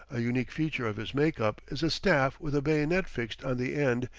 a unique feature of his makeup is a staff with a bayonet fixed on the end,